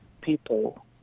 people